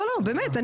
לא באמת,